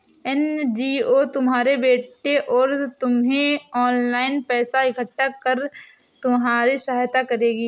NGO तुम्हारे बेटे और तुम्हें ऑनलाइन पैसा इकट्ठा कर तुम्हारी सहायता करेगी